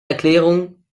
erklärung